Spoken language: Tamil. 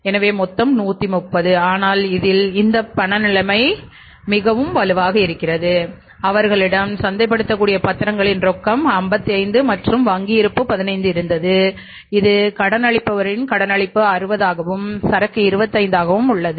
எனவே மொத்தம் 130 ஆனால் இதில் இந்த பக்க பண நிலை மிகவும் வலுவாக இருக்கிறது அவர்களிடம் சந்தைப்படுத்தக்கூடிய பத்திரங்களின் ரொக்கம் 55 மற்றும் வங்கி இருப்பு 15 இருந்தது இது கடனளிப்பவரின் கடனளிப்பு 60 ஆகவும் சரக்கு 25 ஆகவும் உள்ளது